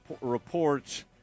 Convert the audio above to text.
reports